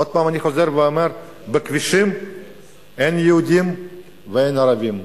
עוד פעם אני חוזר ואומר: בכבישים אין יהודים ואין ערבים,